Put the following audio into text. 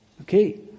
Okay